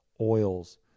oils